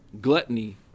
Gluttony